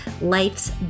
life's